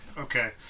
okay